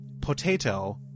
Potato